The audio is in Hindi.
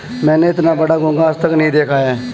मैंने इतना बड़ा घोंघा आज तक नही देखा है